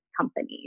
companies